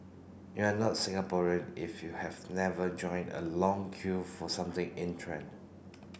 you are not Singaporean if you have never joined a long queue for something in trend